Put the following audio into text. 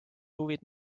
huvid